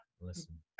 Listen